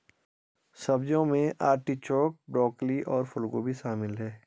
सब्जियों में artichoke, broccoli और फूलगोभी शामिल है